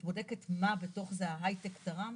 את בודקת מה בתוך זה ההייטק תרם?